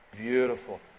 beautiful